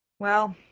well,